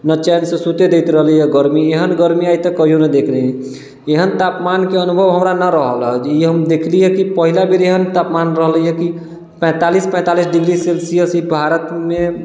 नहि चैन से सुते दैत रहलैया गरमी एहन गरमी आइ तक कहिओ नहि देखने रही एहन तापमानके अनुभव हमरा नहि रहल हँ ई हम देखली हँ कि पहिल बेर एहन तापमान रहलैया कि पैतालिस पैतालिस डिग्री सेल्सीयस ई भारतमे